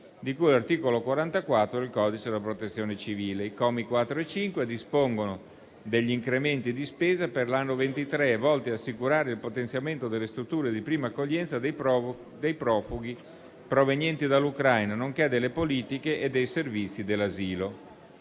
di cui all'articolo 44 del codice della Protezione civile. I commi 4 e 5 dispongono degli incrementi di spesa per l'anno 2023, volti ad assicurare il potenziamento delle strutture di prima accoglienza dei profughi provenienti dall'Ucraina, nonché delle politiche e dei servizi dell'asilo.